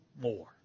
More